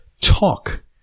talk